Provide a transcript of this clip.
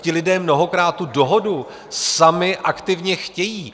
Ti lidé mnohokrát tu dohodu sami aktivně chtějí.